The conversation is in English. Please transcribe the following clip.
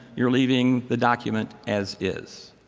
you're leaving the document as is.